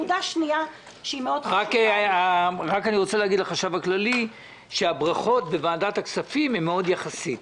אני רוצה להגיד לחשב הכללי שהברכות בוועדת הכספים הן מאוד יחסיות.